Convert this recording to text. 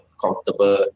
comfortable